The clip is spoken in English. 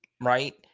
right